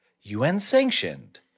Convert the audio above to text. UN-sanctioned